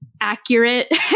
accurate